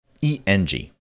E-N-G